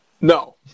no